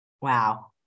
wow